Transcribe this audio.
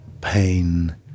pain